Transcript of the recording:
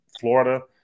Florida